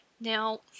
Now